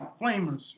Flamers